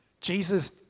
Jesus